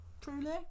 Truly